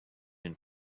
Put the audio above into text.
and